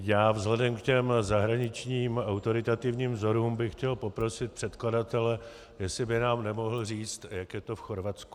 Já vzhledem k těm zahraničním autoritativním vzorům bych chtěl poprosit předkladatele, jestli by nám nemohl říci, jak je to v Chorvatsku.